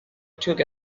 took